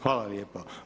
Hvala lijepo.